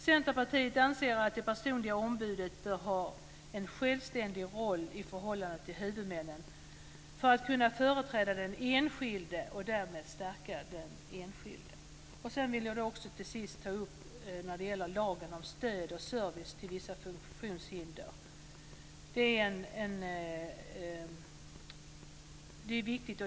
Centerpartiet anser att det personliga ombudet bör ha en självständig roll i förhållande till huvudmännen för att kunna företräda den enskilde och därmed stärka den enskilde. Sedan vill jag till sist ta upp lagen om stöd och service till vissa funktionshindrade. Det är viktigt.